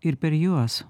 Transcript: ir per juos